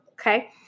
okay